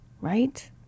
right